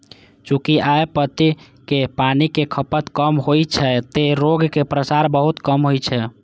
चूंकि अय पद्धति मे पानिक खपत कम होइ छै, तें रोगक प्रसार बहुत कम होइ छै